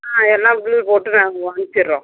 ஆ எல்லாம் பில்லு போட்டு நாங்கள் அனுப்ச்சிடுறோம்